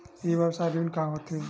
व्यवसाय ऋण का होथे?